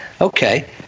Okay